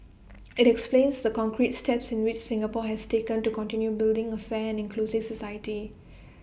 IT explains the concrete steps in which Singapore has taken to continue building A fair and inclusive society